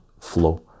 flow